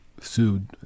sued